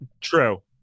True